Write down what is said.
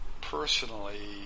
personally